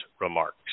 remarks